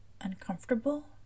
uncomfortable